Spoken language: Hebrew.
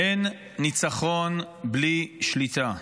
אין ניצחון בלי שליטה.